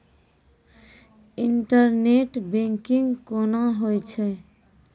Internet banking कोना होय छै?